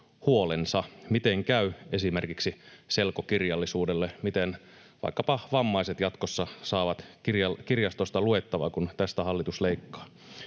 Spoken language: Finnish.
Miten käy esimerkiksi selkokirjallisuudelle, miten vaikkapa vammaiset jatkossa saavat kirjastosta luettavaa, kun tästä hallitus leikkaa?